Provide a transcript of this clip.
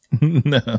no